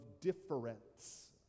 difference